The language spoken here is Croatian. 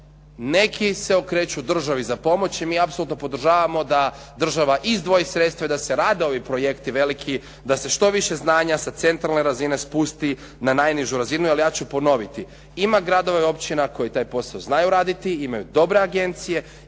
neki se okreću državi za pomoć i mi apsolutno podržavamo da država izdvoji sredstva i da se radi ove projekti veliki, da se što više znanja sa centralne razne spusti na najužu razinu, jer ja ću ponoviti. Ima gradova i općina koji taj posao znaju raditi, imaju dobre agencije,